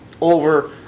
over